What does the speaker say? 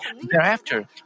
thereafter